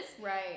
right